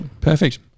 Perfect